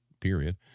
period